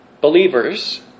believers